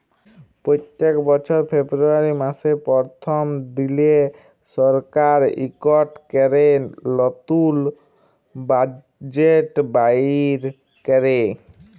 প্যত্তেক বছর ফেরবুয়ারি ম্যাসের পরথম দিলে সরকার ইকট ক্যরে লতুল বাজেট বাইর ক্যরে